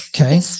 Okay